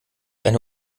eine